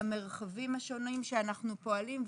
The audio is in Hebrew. במרחבים השונים שאנחנו פועלים,